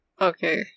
Okay